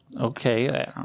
okay